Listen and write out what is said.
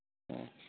ᱟᱪᱪᱷᱟ